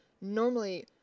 normally